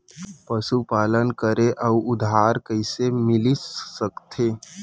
पशुपालन करे बर उधार कइसे मिलिस सकथे?